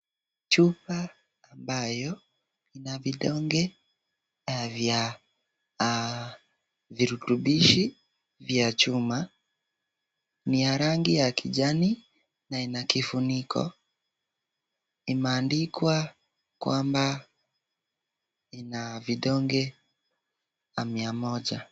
Chupa ambayo inavidonge vya virutubishi vya chuma, ni ya rangi ya kijani na ina kifuniko imeandikwa kwamba ina vidonge mia moja.